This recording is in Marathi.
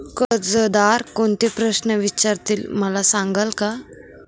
कर्जदार कोणते प्रश्न विचारतील, मला सांगाल का?